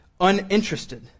uninterested